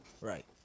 Right